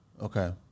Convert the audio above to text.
Okay